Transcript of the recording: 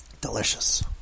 delicious